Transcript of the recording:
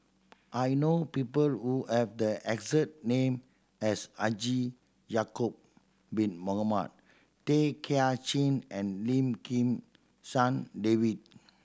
I know people who have the exact name as Haji Ya'acob Bin Mohamed Tay Kay Chin and Lim Kim San David